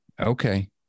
Okay